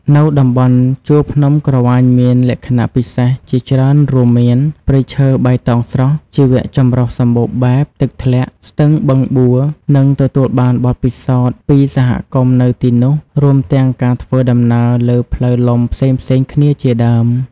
នៅតំបន់ជួរភ្នំក្រវាញមានលក្ខណៈពិសេសជាច្រើនរួមមាន ព្រៃឈើបៃតងស្រស់ ជីវៈចម្រុះសម្បូរបែប ទឹកធ្លាក់ ស្ទឹងបឹងបួរ និងទទួលបានបទពិសោធន៍ពីសហគមន៍នៅទីនោះ រួមទាំងការធ្វើដំណើរលើផ្លូវលំផ្សេងៗគ្នាជាដើម។